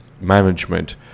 management